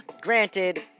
granted